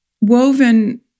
woven